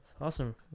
Awesome